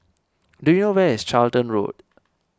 do you where is Charlton Road